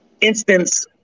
instance